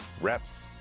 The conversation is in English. Reps